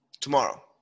Tomorrow